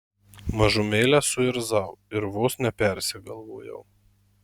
mažumėlę suirzau ir vos nepersigalvojau